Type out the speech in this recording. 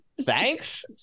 thanks